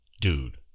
Dude